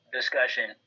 discussion